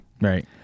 Right